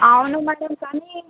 అవును మేడం కానీ